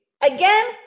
Again